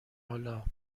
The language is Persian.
حالا